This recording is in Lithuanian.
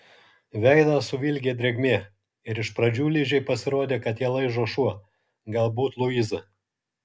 veidą suvilgė drėgmė ir iš pradžių ližei pasirodė kad ją laižo šuo galbūt luiza